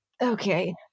okay